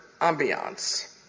ambiance